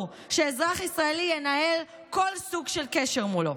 שאזרח ישראלי ינהל כל סוג של קשר מולו.